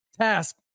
task